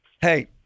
Hey